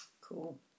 Cool